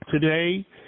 today